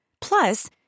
Plus